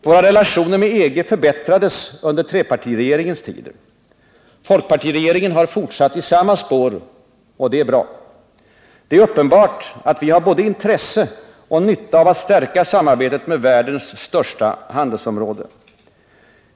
Våra relationer med EG förbättrades under trepartiregeringens tid. Folkpartiregeringen har fortsatt i samma spår. Det är bra. Det är uppenbart att vi har både intresse och nytta av att stärka samarbetet med världens största handelsområde.